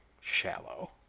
shallow